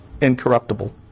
incorruptible